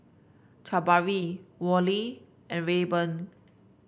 Jabari Worley and Rayburn